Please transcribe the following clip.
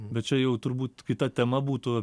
bet čia jau turbūt kita tema būtų